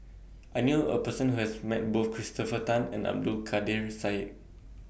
I knew A Person Who has Met Both Christopher Tan and Abdul Kadir Syed